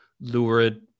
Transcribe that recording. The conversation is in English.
lurid